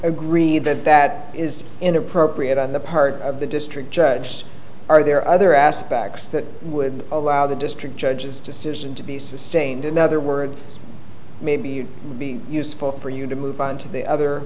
agree that that is inappropriate on the part of the district judge are there other aspects that would allow the district judge's decision to be sustained in other words maybe you'd be useful for you to move on to the other